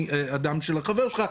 מהדם של החבר שלך,